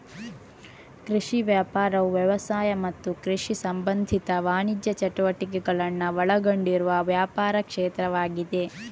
ಕೃಷಿ ವ್ಯಾಪಾರವು ವ್ಯವಸಾಯ ಮತ್ತು ಕೃಷಿ ಸಂಬಂಧಿತ ವಾಣಿಜ್ಯ ಚಟುವಟಿಕೆಗಳನ್ನ ಒಳಗೊಂಡಿರುವ ವ್ಯಾಪಾರ ಕ್ಷೇತ್ರವಾಗಿದೆ